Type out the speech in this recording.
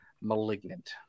Malignant